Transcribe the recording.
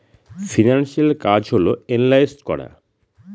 financial কাজ হল analyse করা